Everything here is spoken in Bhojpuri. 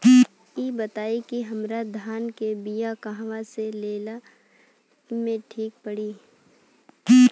इ बताईं की हमरा धान के बिया कहवा से लेला मे ठीक पड़ी?